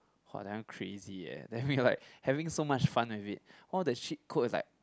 !wah! that one crazy eh then we are like having so much fun with it all the cheat codes is like